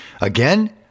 Again